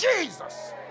Jesus